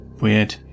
Weird